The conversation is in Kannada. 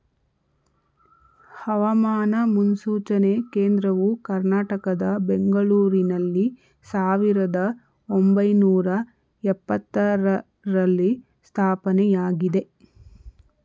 ಹವಾಮಾನ ಮುನ್ಸೂಚನೆ ಕೇಂದ್ರವು ಕರ್ನಾಟಕದ ಬೆಂಗಳೂರಿನಲ್ಲಿ ಸಾವಿರದ ಒಂಬೈನೂರ ಎಪತ್ತರರಲ್ಲಿ ಸ್ಥಾಪನೆಯಾಗಿದೆ